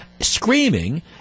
screaming